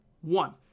One